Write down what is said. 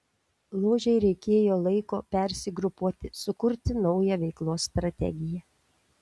ložei reikėjo laiko persigrupuoti sukurti naują veiklos strategiją